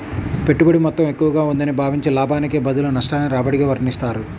పెట్టుబడి మొత్తం ఎక్కువగా ఉందని భావించి, లాభానికి బదులు నష్టాన్ని రాబడిగా వర్ణిస్తారు